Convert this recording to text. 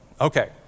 Okay